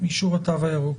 אישור התו הירוק,